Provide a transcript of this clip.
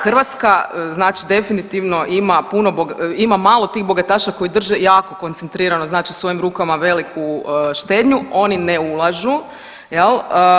Hrvatska znači definitivno ima puno, ima malo tih bogataša koji drže jako koncentrirano znači u svojim rukama veliku štednju, oni ne ulažu jel.